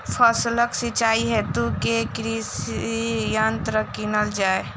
फसलक सिंचाई हेतु केँ कृषि यंत्र कीनल जाए?